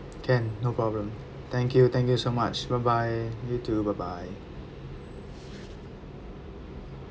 can no problem thank you thank you so much bye bye you too bye bye